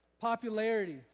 Popularity